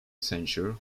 centre